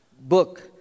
book